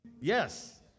Yes